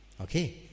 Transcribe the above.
Okay